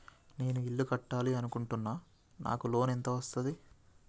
నేను ఇల్లు కట్టాలి అనుకుంటున్నా? నాకు లోన్ ఎంత వస్తది?